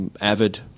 Avid